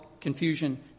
confusion